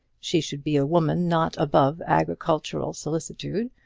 she should be a woman not above agricultural solicitude,